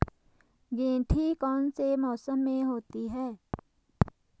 गेंठी कौन से मौसम में होती है?